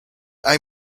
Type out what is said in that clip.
hay